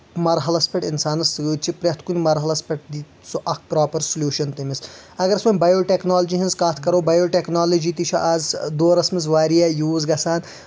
مرحلَس پٮ۪ٹھ اِنسانَس سۭتۍ چھِ پرٛٮ۪تھ کُنہِ مرحلَس پٮ۪ٹھ سُہ اکھ پرٛاپر سلوٗشن تٔمِس اَگر سۄ بایو ٹیکنالوجی ہٕنٛز کَتھ کَرو بایو ٹیکنالوجی تہِ چھِ اَز دورَس منٛز واریاہ یوٗز گژھان